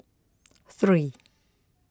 three